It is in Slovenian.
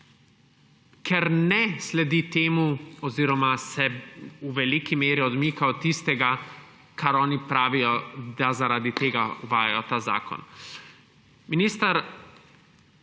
ker ne sledi temu oziroma se v veliki meri odmika od tistega, kar oni pravijo, da zaradi tega uvajajo ta zakon. Minister,